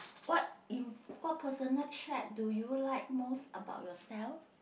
what imp~ what personal tread do you like most about yourself